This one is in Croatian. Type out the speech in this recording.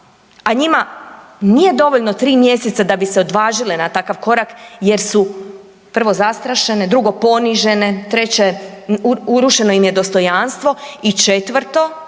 a njima nije dovoljno 3 mjeseca da bi se odvažile na takav korak jer su prvo, zastrašene, drugo ponižene, treće urušeno im je dostojanstvo i četvrto,